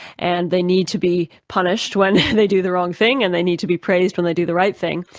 and they need to be punished when they do the wrong thing and they need to be praised when they do the right thing.